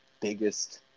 biggest